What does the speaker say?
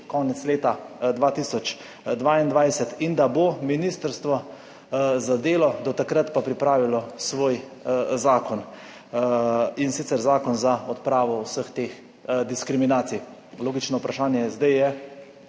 konec leta 2022 in da bo Ministrstvo za delo do takrat pripravilo svoj zakon, in sicer zakon za odpravo vseh teh diskriminacij. Logično vprašanje zdaj je: